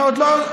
אתה עוזר.